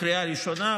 בקריאה ראשונה,